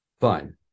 fine